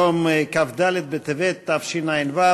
היום כ"ד בטבת תשע"ו,